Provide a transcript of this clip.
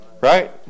right